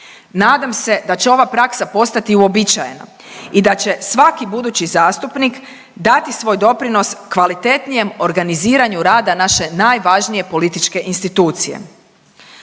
Nadam se da će ova praksa postati uobičajena i da će svaki budući zastupnik dati svoj doprinos kvalitetnijem organiziranju rada naše najvažnije političke institucije.